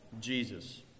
Jesus